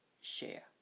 share